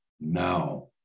now